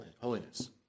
holiness